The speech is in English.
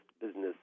business